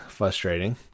frustrating